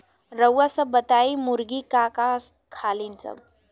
रउआ सभ बताई मुर्गी का का खालीन सब?